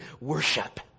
worship